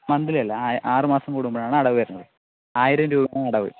monthly അല്ല ആറ് മാസം കൂടുമ്പോഴാണ് അടവ് വരുന്നത് ആയിരം രൂപയാണ് അടവ്